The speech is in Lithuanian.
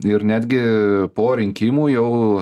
ir netgi po rinkimų jau